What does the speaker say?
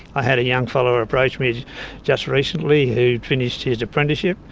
i had a young fellow approach me just recently who finished his apprenticeship,